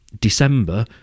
December